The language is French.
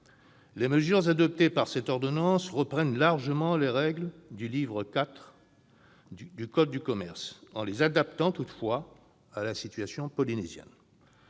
Les mesures adoptées au travers de cette ordonnance reprennent largement les règles du livre IV du code de commerce, en les adaptant toutefois à la situation polynésienne.